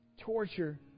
torture